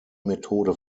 methode